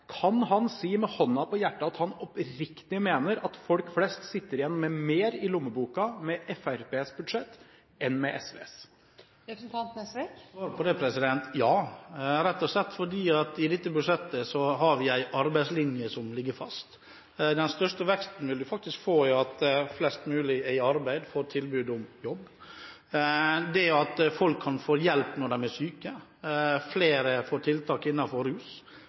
Kan han si med hånden på hjertet at han oppriktig mener at folk flest sitter igjen med mer i lommeboken med Fremskrittspartiets budsjett enn med SVs? Svaret på det: Ja – rett og slett fordi vi i dette budsjettet har en arbeidslinje som ligger fast. Den største veksten vil en faktisk få ved at flest mulig får tilbud om jobb og er i arbeid, ved at folk kan få hjelp når de er syke og ved at flere får behandling innen rus